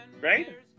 right